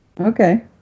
okay